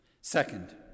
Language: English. Second